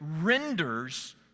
renders